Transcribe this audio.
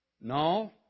No